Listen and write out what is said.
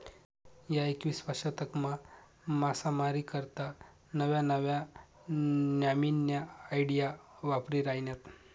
ह्या एकविसावा शतकमा मासामारी करता नव्या नव्या न्यामीन्या आयडिया वापरायी राहिन्यात